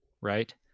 right